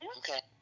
okay